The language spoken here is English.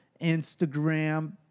Instagram